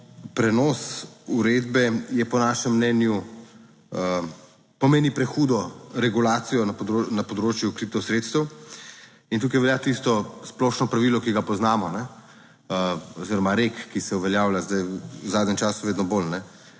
prenos uredbe je, po našem mnenju pomeni prehudo regulacijo na področju kreditov, sredstev. In tukaj velja tisto splošno pravilo, ki ga poznamo, oziroma rek, ki se uveljavlja zdaj v zadnjem času vedno bolj: